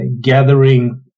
gathering